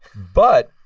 but.